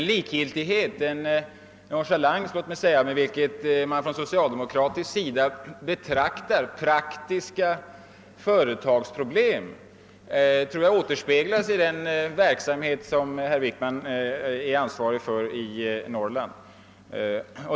Den likgiltighet, ja nonchalans, med vilken man från socialdemokratisk sida betraktar praktiska företagsproblem återspeglas i den verksamhet som herr Wickman är ansvarig för i Norrland.